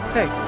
Hey